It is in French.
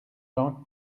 jean